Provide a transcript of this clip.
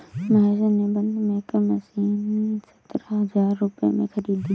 महेश ने बंद maker machine सतरह हजार रुपए में खरीदी